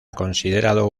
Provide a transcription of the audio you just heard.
considerado